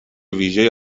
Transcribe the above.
ویژه